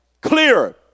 Clear